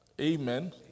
Amen